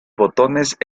botones